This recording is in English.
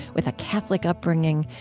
with a catholic upbringing,